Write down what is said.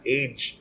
age